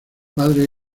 padre